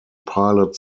pilot